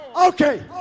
Okay